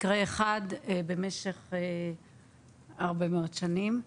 מדובר במקרה אחד במשך הרבה מאוד שנים.